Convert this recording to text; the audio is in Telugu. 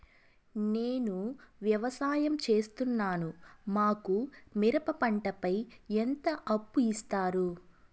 నేను వ్యవసాయం సేస్తున్నాను, మాకు మిరప పంటపై ఎంత అప్పు ఇస్తారు